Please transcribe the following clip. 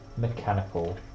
Mechanical